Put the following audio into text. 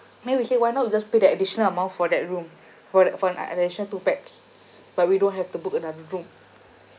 then we say why not we just pay that additional amount for that room for that for an addition two pax but we don't have to book another room